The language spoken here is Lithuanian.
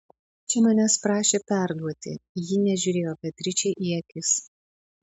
čia manęs prašė perduoti ji nežiūrėjo beatričei į akis